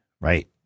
Right